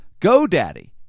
GoDaddy